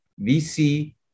VC